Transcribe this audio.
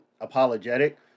apologetic